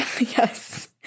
Yes